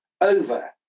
over